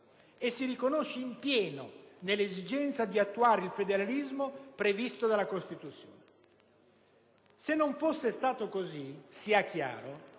si riconosce in pieno nell'esigenza di attuare il federalismo previsto dalla Costituzione. Se non fosse stato così - sia chiaro